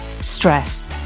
stress